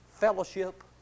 fellowship